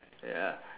ya